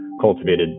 cultivated